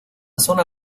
zona